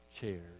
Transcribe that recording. chairs